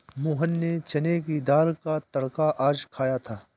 मोहन ने चने की दाल का तड़का आज खाया था